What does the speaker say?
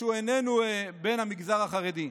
שהוא איננו בן המגזר החרדי: